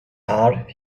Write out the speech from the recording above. heart